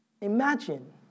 Imagine